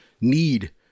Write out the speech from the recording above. need